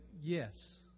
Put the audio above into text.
yes